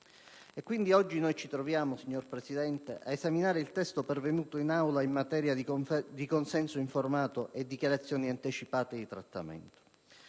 Quindi, oggi ci troviamo, signora Presidente, a esaminare il testo pervenuto in Aula in materia di consenso informato e dichiarazioni anticipate di trattamento.